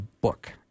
book